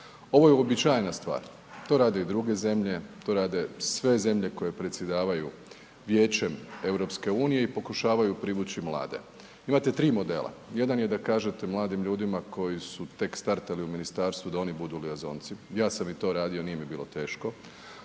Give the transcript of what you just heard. Ovo je uobičajena stvar, to rade i druge zemlje, to rade sve zemlje koje predsjedavaju Vijećem EU i pokušavaju privući mlade. Imate tri modela. Jedan je da kažete mladim ljudima koji su tek startali u ministarstvu da oni budu Lyon-zonci, a sam i to radio, nije mi bilo teško.